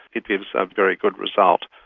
it gives a very good result.